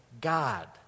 God